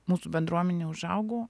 mūsų bendruomenė užaugo